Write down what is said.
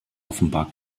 offenbar